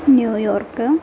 New York